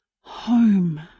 home